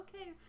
okay